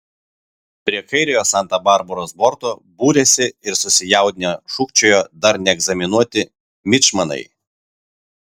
prie kairiojo santa barbaros borto būrėsi ir susijaudinę šūkčiojo dar neegzaminuoti mičmanai